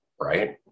right